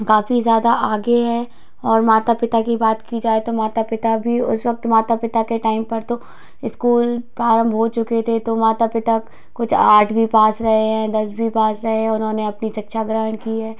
काफी ज्यादा आगे है और माता पिता की बात की जाए तो माता पिता भी उस वक्त माता पिता के टाइम पर तो स्कूल प्रारंभ हो चुके थे तो माता पिता कुछ आठवीं पास रहे हैं दसवीं पास रहे हैं उन्होंने अपनी शिक्षा ग्रहण की है